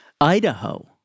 Idaho